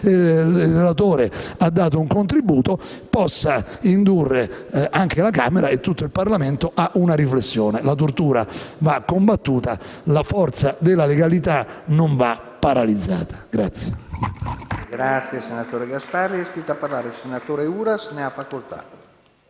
Il relatore ha dato un contributo e mi auguro che ciò possa indurre anche la Camera e tutto il Parlamento a una riflessione. La tortura va combattuta. La forza della legalità non va paralizzata.